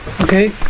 Okay